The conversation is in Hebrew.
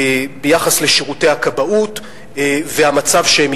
ביחס לשירותי הכבאות ואת המצב שהם